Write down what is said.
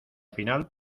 final